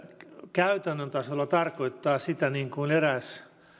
käytännön tasolla tarkoittaa sitä niin kuin eräs